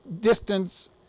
distance